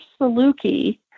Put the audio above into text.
saluki